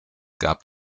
gab